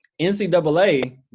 NCAA